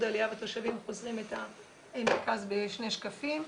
עלייה ותושבים חוזרים את המרכז בשני שקפים.